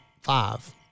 Five